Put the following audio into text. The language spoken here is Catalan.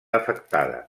afectada